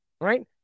right